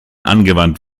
angewandt